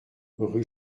rue